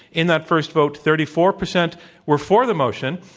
in that first vote, thirty four percent were for the motion,